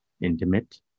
intimate